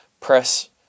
press